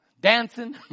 dancing